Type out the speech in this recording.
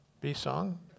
B-song